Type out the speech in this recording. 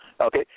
Okay